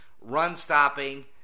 run-stopping